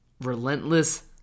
relentless